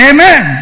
Amen